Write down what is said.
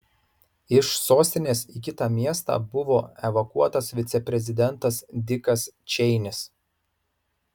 iš sostinės į kitą miestą buvo evakuotas viceprezidentas dikas čeinis